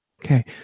Okay